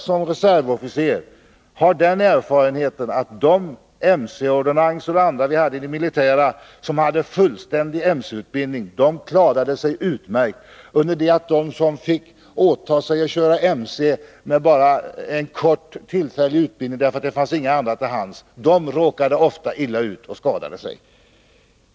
Som reservofficer har jag den erfarenheten att de MC-ordonnanser m.fl. i det militära som hade fullständig MC-utbildning klarade sig utmärkt, under det att de som fick åta sig att köra MC med bara kort, tillfällig utbildning — därför att inga andra fanns att tillgå — ofta råkade illa ut och skadade sig.